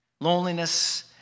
loneliness